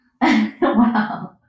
Wow